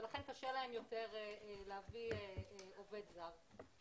ולכן, קשה להם יותר להביא עובד זר.